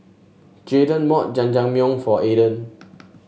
Jaydan bought Jajangmyeon for Aydan